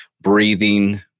breathing